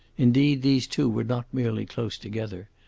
indeed, these two were not merely close together,